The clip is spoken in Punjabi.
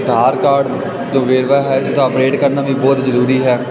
ਆਧਾਰ ਕਾਰਡ ਤੋਂ ਵੇਰਵਾ ਹੈ ਇਸ ਦਾ ਅਪਡੇਟ ਕਰਨਾ ਵੀ ਬਹੁਤ ਜ਼ਰੂਰੀ ਹੈ